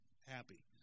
happy